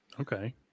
Okay